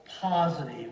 positive